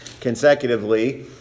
consecutively